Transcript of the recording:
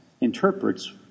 interprets